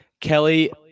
Kelly